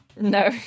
No